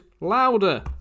louder